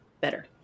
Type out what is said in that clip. better